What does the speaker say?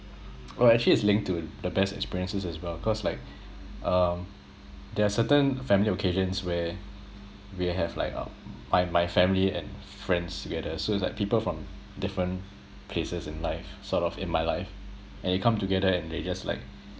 oh actually it's linked to the best experiences as well cause like um there are certain family occasions where we have like uh I my family and friends together so it's like people from different places in life sort of in my life and they come together and they just like